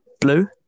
Blue